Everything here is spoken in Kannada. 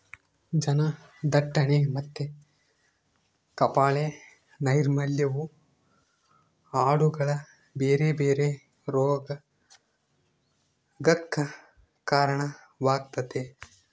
ಜನದಟ್ಟಣೆ ಮತ್ತೆ ಕಳಪೆ ನೈರ್ಮಲ್ಯವು ಆಡುಗಳ ಬೇರೆ ಬೇರೆ ರೋಗಗಕ್ಕ ಕಾರಣವಾಗ್ತತೆ